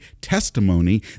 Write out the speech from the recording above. testimony